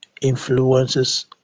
influences